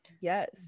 Yes